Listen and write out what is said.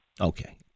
Okay